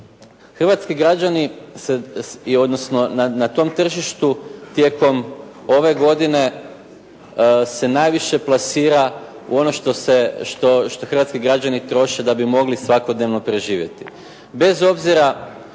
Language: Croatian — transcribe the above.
hrvatski građani, odnosno na tom tržištu tijekom ove godine se najviše plasira ono što hrvatski građani troše da bi mogli svakodnevno preživjeti.